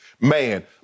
Man